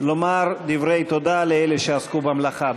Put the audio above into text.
לומר דברי תודה לאלה שעסקו במלאכה.